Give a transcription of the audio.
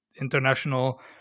international